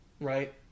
right